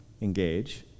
engage